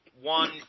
one